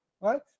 Right